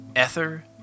Ether